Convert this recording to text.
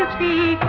the